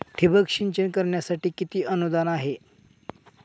ठिबक सिंचन करण्यासाठी किती अनुदान आहे?